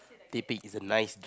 teh peng is a nice